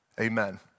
Amen